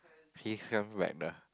he's coming back though